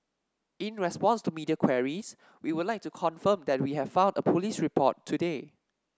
in response to media queries we would like to confirm that we have filed a police report today